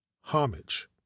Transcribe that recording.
homage